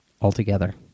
altogether